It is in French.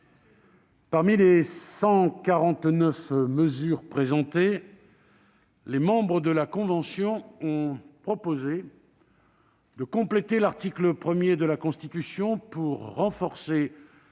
Parmi les 149 mesures présentées, les membres de la Convention ont proposé de compléter l'article 1 de la Constitution pour renforcer